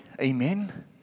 Amen